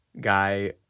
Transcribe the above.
guy